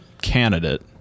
candidate